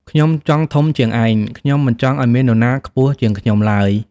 ខ្ញុំចង់ធំតែឯង ខ្ញុំមិនចង់ឲ្យមាននរណាខ្ពស់ជាងខ្ញុំឡើយ!"